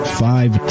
five